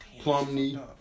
Plumney